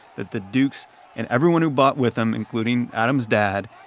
that the dukes and everyone who bought with them, including adam's dad,